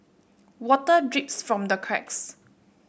water drips from the cracks